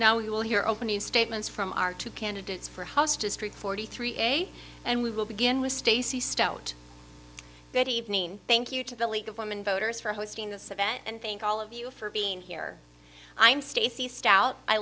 you will hear opening statements from our two candidates for hostas truth forty three a and we will begin with stacey stone good evening thank you to the league of women voters for hosting this event and thank all of you for being here i'm stacy stout i